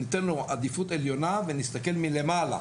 ניתן לו עדיפות עליונה ונסתכל מלמעלה,